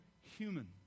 human